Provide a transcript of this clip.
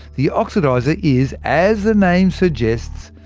the oxidizer is as the name suggests,